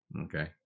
Okay